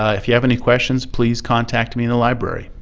ah if you have any questions please contact me in the library.